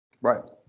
Right